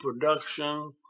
production